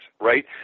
right